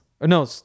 No